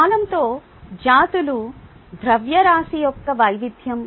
కాలంతో జాతుల ద్రవ్యరాశి యొక్క వైవిధ్యం